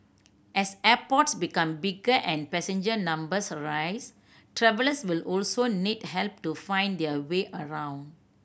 as airports become bigger and passenger numbers rise travellers will also need help to find their way around